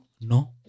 No